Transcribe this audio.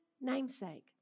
namesake